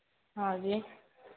हाँ जी